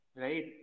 Right